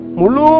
mulu